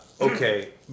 Okay